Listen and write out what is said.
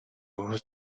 ojos